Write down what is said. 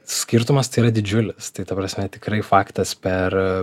skirtumas tai yra didžiulis tai ta prasme tikrai faktas per